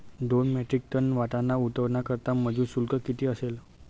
दोन metric tonne वाटाणा उतरवण्याकरता मजूर शुल्क किती असेल?